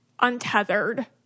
untethered